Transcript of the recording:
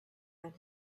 and